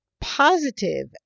positive